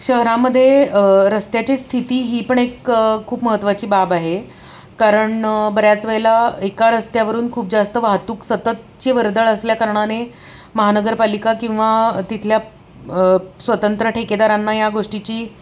शहरामध्ये रस्त्याची स्थिती ही पण एक खूप महत्त्वाची बाब आहे कारण बऱ्याच वेळेला एका रस्त्यावरून खूप जास्त वाहतूक सततची वर्दळ असल्याकारणाने महानगरपालिका किंवा तिथल्या स्वतंत्र ठेकेदारांना या गोष्टीची